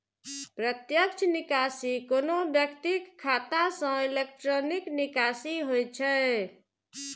प्रत्यक्ष निकासी कोनो व्यक्तिक खाता सं इलेक्ट्रॉनिक निकासी होइ छै